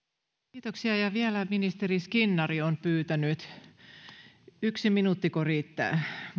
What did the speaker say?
kiitoksia vielä ministeri skinnari on pyytänyt vuoroa yksi minuuttiko riittää